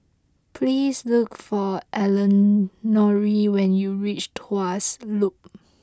please look for Elenore when you reach Tuas Loop